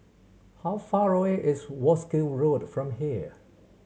how far away is Wolskel Road from here